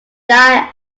die